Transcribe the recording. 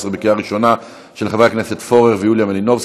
מי נגד?